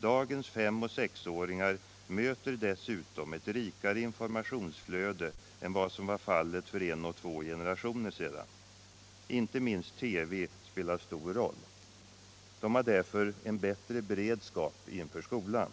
Dagens femoch sexåringar möter dessutom ett rikare informationsflöde än vad som var fallet för en och två generationer sedan. Inte minst TV spelar stor roll. De har därför en bättre beredskap inför skolan.